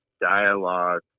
dialogue